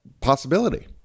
possibility